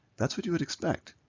that's what you would expect.